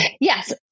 Yes